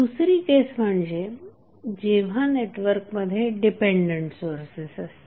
दुसरी केस म्हणजे जेव्हा नेटवर्कमध्ये डिपेंडंट सोर्सेस असतात